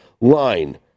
line